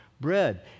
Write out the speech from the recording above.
bread